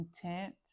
content